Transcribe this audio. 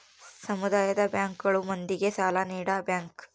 ಸಮುದಾಯ ಬ್ಯಾಂಕ್ ಗಳು ಮಂದಿಗೆ ಸಾಲ ನೀಡ ಬ್ಯಾಂಕ್